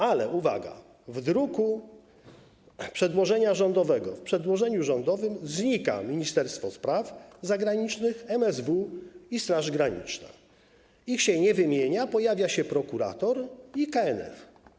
Ale uwaga: w druku przedłożenia rządowego, w przedłożeniu rządowym, znika Ministerstwo Spraw Zagranicznych, MSW i Straż Graniczna, ich się nie wymienia, pojawia się prokurator i KNF.